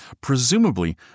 Presumably